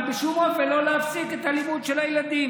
אבל בשום אופן לא להפסיק את הלימוד של הילדים.